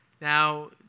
now